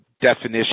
definition